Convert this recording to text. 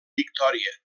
victòria